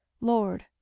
Lord